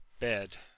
bed,